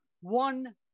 one